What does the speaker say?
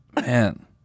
man